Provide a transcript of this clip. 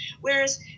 whereas